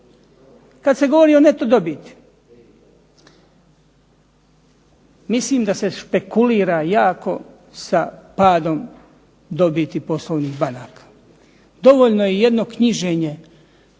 Kad se govori o neto dobiti mislim da se špekulira jako sa padom dobiti poslovnih banaka. Dovoljno je jedno knjiženje i